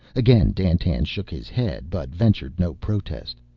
again dandtan shook his head but ventured no protest.